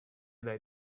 dai